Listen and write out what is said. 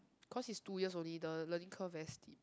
cause is two years only the learning curve very steep